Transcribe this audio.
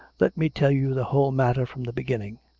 let me tell you the whole matter from the beginning.